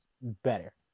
better